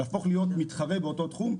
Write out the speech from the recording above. להפוך להיות מתחרה באותו תחום?